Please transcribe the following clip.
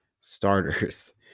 starters